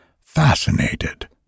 fascinated